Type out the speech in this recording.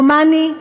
איש הומני,